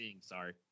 sorry